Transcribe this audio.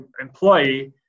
employee